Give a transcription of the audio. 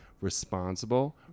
responsible